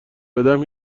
بدم